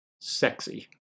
sexy